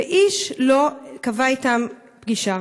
ואיש לא קבע אתם פגישה?